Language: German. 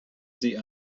sie